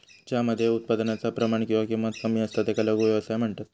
ज्या मध्ये उत्पादनाचा प्रमाण किंवा किंमत कमी असता त्याका लघु व्यवसाय म्हणतत